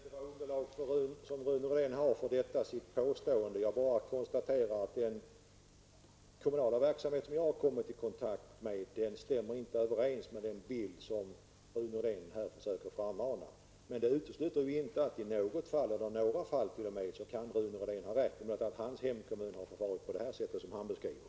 Fru talman! Jag vet inte vilket underlag som Rune Rydén har för detta sitt påstående. Jag konstaterar bara att den kommunala verksamhet som jag har kommit i kontakt med överensstämmer inte med den bild som Rune Rydén här försöker frammana. Det utesluter inte att Rune Rydén i något fall eller kanske t.o.m. några fall kan ha rätt. Det är möjligt att hans hemkommun har förfarit på det sätt som han beskriver.